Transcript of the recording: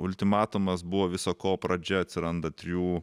ultimatumas buvo visa ko pradžia atsiranda trijų